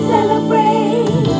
Celebrate